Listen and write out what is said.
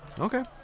Okay